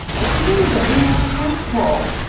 but hearing that in that same poll,